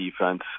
defense